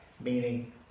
meaning